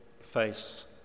face